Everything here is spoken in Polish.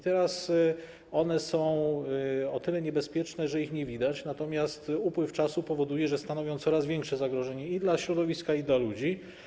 Teraz one są o tyle niebezpieczne, że ich nie widać, natomiast upływ czasu powoduje, że stanowią coraz większe zagrożenie i dla środowiska, i dla ludzi.